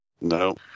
No